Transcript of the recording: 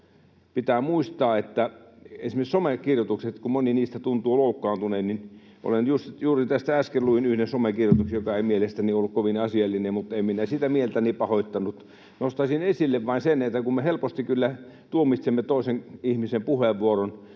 pitää muistaa, että kun on esimerkiksi somekirjoitukset — kun moni niistä tuntuu loukkaantuneen — niin juuri äsken luin yhden somekirjoituksen, joka ei mielestäni ollut kovin asiallinen, mutta en minä siitä mieltäni pahoittanut. Nostaisin esille vain sen, että kun me helposti kyllä tuomitsemme toisen ihmisen puheenvuoron